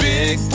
Big